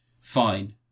fine